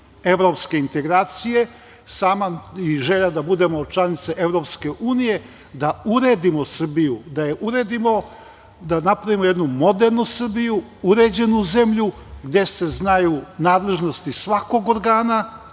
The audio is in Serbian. evropske integracije, i želja nam je da budemo članica EU, da uredimo Srbiju, da je uredimo, da napravimo jednu modernu Srbiju, uređenu zemlju gde se znaju nadležnosti svakog organa,